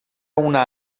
una